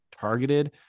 targeted